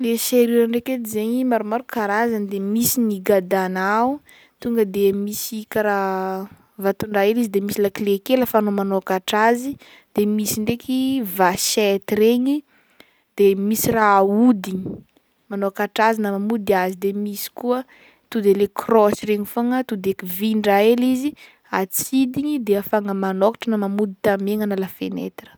Le serrure ndraiky edy zegny maromaro karazagny de misy ny gadana o, tonga misy karaha vatondraha hely de misy lakile kely ahafahanao manôkatra azy, de misy ndraiky vachette regny, de misy raha ahodiny manôkatra azy na mamody azy de misy koa to'de le croche fogna to'de kivin-draha hely izy, atsidigny de ahafahana manôkatra na mamody tamiagna na lafenetra.